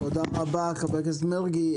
תודה רבה, חבר הכנסת מרגי.